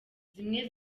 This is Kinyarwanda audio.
zimwe